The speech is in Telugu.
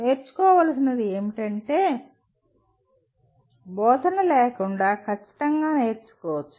నేర్చుకోవలసినది ఏమిటంటే బోధన లేకుండా ఖచ్చితంగా నేర్చుకోవచ్చు